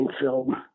film